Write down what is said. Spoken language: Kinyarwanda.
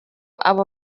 abo